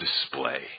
display